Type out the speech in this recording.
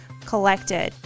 collected